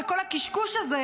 וכל הקשקוש הזה,